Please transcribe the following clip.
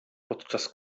podczas